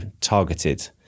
targeted